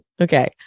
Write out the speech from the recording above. okay